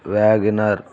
WagonR